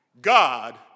God